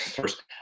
first